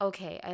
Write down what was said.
Okay